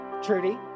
Trudy